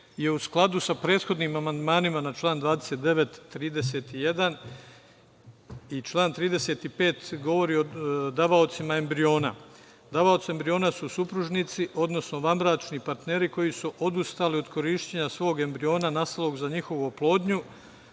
je u skladu sa prethodnim amandmanima na član 29, 31. i član 35, govori o davaocima embriona. Davaoci embriona su supružnici odnosno vanbračni partneri koji su odustali od korišćenja svog embriona nastalog za njihovu oplodnju,